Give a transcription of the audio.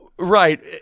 Right